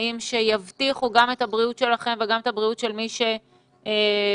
בדרך כלל החודשים הטובים לטיפול בשבילנו